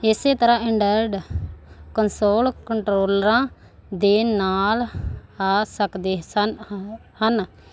ਇਸ ਤਰ੍ਹਾਂ ਐਡਰਾਇਰਡ ਕੰਨਸੋਲ ਕੰਟਰੋਲਰਾਂ ਦੇ ਨਾਲ ਆ ਸਕਦੇ ਸਨ ਅ ਹਨ